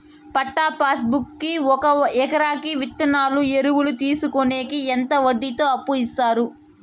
పట్టా passbook కి ఒక ఎకరాకి విత్తనాలు, ఎరువులు తీసుకొనేకి ఎంత వడ్డీతో అప్పు ఇస్తారు?